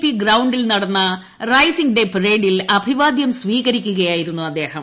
P ഗ്രൌണ്ടിൽ നടന്ന raising day പരേഡിൽ അഭിവാദ്യം സ്വീകരിക്കുകയായിരുന്നു അദ്ദേഹം